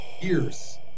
years